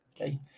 Okay